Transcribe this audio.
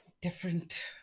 different